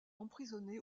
emprisonné